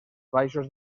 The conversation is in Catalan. baixos